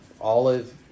olive